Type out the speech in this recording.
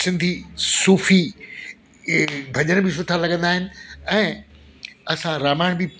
सिंधी सुफ़ी इहे भजन बि सुठा लॻंदा आहिनि ऐं असां रामायण बि